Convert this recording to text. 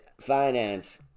finance